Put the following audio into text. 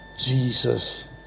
Jesus